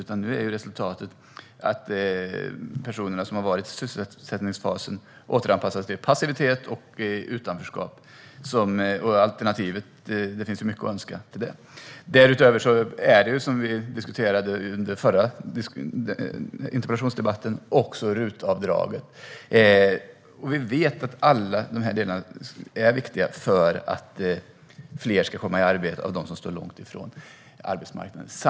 Resultatet blir därför att de personer som har varit i sysselsättningsfasen återanpassas till passivitet och utanförskap. Där finns det mycket att önska. Därutöver har vi RUT-avdraget, som vi diskuterade i den förra interpellationsdebatten. Vi vet att alla dessa delar är viktiga för att fler ska komma i arbete bland dem som står långt ifrån arbetsmarknaden.